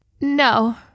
no